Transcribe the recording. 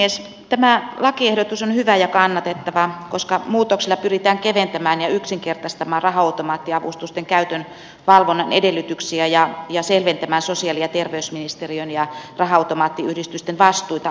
tämä lakiehdotus on hyvä ja kannatet tava koska muutoksella pyritään keventämään ja yksinkertaistamaan raha automaattiavustusten käytön valvonnan edellytyksiä ja selventämään sosiaali ja terveysministeriön ja raha automaattiyhdistyksen vastuita avustusjärjestelmässä